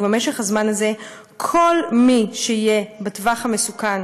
ובמשך הזמן הזה כל מי שיהיה בטווח המסוכן